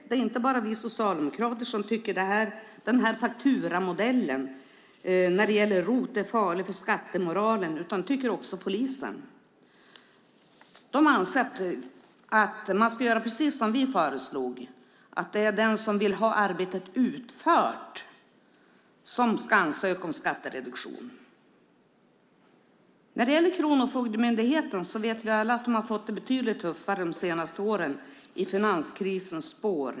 Det är inte bara vi socialdemokrater som tycker att fakturamodellen när det gäller ROT är farlig för skattemoralen. Det tycker också polisen. De anser att man ska göra precis som vi föreslog: Det är den som vill ha arbetet utfört som ska ansöka om skattereduktion. När det gäller Kronofogdemyndigheten vet vi alla att de har fått det betydligt tuffare de senaste åren i finanskrisens spår.